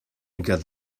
got